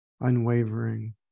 unwavering